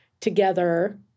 together